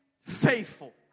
faithful